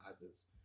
others